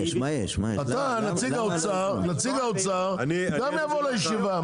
נציג האוצר גם יבוא לישיבה.